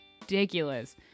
ridiculous